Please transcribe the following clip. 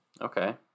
Okay